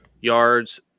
yards